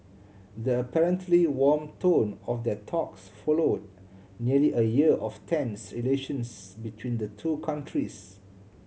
the apparently warm tone of their talks follower nearly a year of tense relations between the two countries